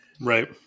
Right